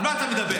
על מה אתה מדבר?